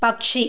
പക്ഷി